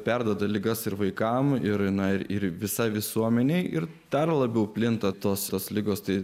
perduoda ligas ir vaikams ir ir visai visuomenei ir dar labiau plinta tos tos ligos tai